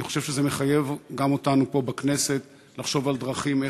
אני חושב שזה מחייב גם אותנו פה בכנסת לחשוב על דרכים.